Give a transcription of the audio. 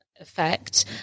effect